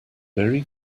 very